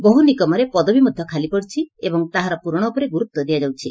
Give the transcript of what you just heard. ବହୁ ନିଗମରେ ପଦବୀ ମଧ୍ୟ ଖାଲିପଡ଼ିଛି ଏବଂ ତାହାର ପୂରଣ ଉପରେ ଗୁରୁତ୍ ଦିଆଯାଉଛି